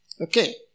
Okay